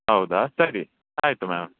ಹೌದಾ ಸರಿ ಆಯಿತು ಮ್ಯಾಮ್